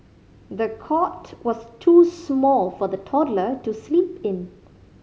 the cot was too small for the toddler to sleep in